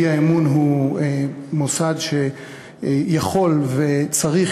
האי-אמון הוא מוסד שיכול וצריך,